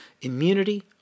immunity